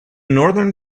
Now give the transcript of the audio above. northern